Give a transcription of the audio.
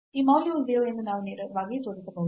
ಈ ಮೌಲ್ಯವು 0 ಎಂದು ನಾವು ನೇರವಾಗಿ ತೋರಿಸಬಹುದು